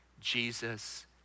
Jesus